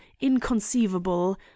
inconceivable